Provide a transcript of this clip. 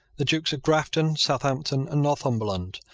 the dukes of grafton, southampton, and northumberland,